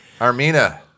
Armina